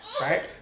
right